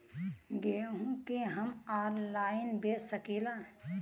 गेहूँ के हम ऑनलाइन बेंच सकी ला?